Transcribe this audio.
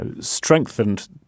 strengthened